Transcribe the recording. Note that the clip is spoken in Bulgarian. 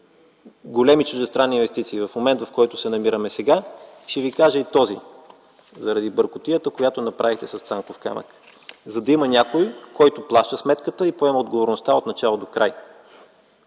големи чуждестранни инвестиции, в момента, в който се намираме сега, ще Ви кажа и този – заради бъркотията, която направихте с „Цанков камък”, за да има някой, който плаща сметката и поема отговорността отначало докрай.